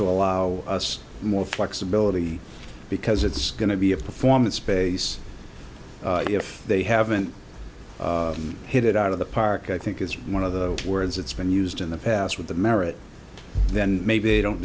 to allow us more flexibility because it's going to be a performance space if they haven't hit it out of the park i think it's one of the words it's been used in the past with the merit then maybe they don't